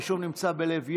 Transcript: היישוב נמצא בלב יער,